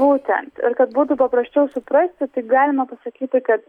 būtent kad būtų paprasčiau suprasti tai galima pasakyti kad